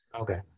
okay